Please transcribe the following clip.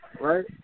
right